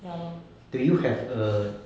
do you have a